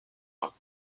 ans